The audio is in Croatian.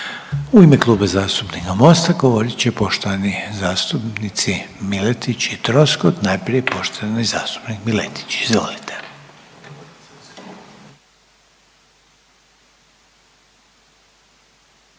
U ime Kluba zastupnika MOST-a govorit će poštovani zastupnici Miletić i Troskot. Najprije poštovani zastupnik Miletić, izvolite.